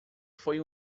foi